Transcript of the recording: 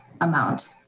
amount